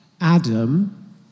Adam